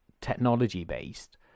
technology-based